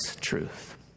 truth